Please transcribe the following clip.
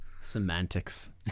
semantics